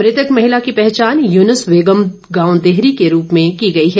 मृतक महिला की पहचान यूनुस वेगम गांव देहरी के रूप में की गई है